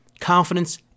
confidence